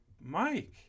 Mike